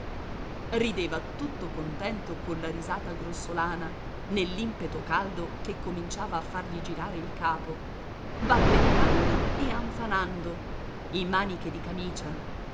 rideva tutto contento colla risata grossolana nell'impeto caldo che cominciava a fargli girare il capo balbettando e anfanando in maniche di camicia